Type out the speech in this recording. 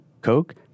Coke